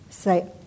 say